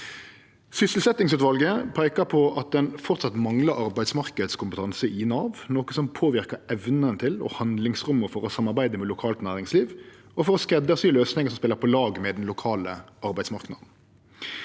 Sysselsetjingsutvalet peikar på at ein framleis manglar arbeidsmarknadskompetanse i Nav, noko som påverkar evna til og handlingsrommet for å samarbeide med lokalt næringsliv og for å skreddarsy løysingar som spelar på lag med den lokale arbeidsmarknaden.